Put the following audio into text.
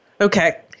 Okay